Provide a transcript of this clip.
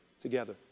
together